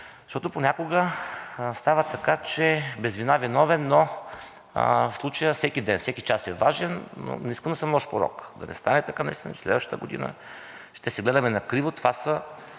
защото понякога става така, че без вина виновен, но в случая всеки ден, всеки час е важен. Не искам да съм лош пророк, но да не стане така наистина и следващата година ще се гледаме на криво. Това са